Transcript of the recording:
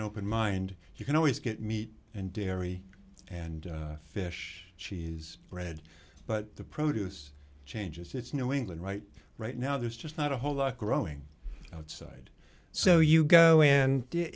an open mind you can always get meat and dairy and fish cheese red but the produce changes it's new england right right now there's just not a whole lot growing outside so you go